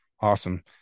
Awesome